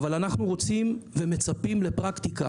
אבל אנו רוצים ומצפים לפרקטיקה.